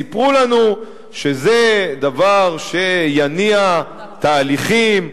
סיפרו לנו שזה דבר שיניע תהליכים,